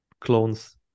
clones